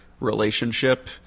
relationship